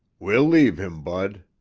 we'll leave him, bud.